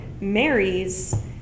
marries